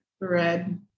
Red